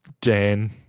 Dan